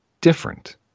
different